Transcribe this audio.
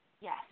Yes